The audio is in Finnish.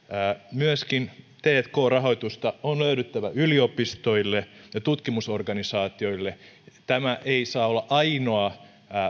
myöskin tk rahoitusta on löydyttävä yliopistoille ja tutkimusorganisaatioille tämä ei saa olla ainoa